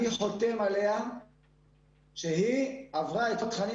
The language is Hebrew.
אני חותם עליה שהיא עברה את התכנים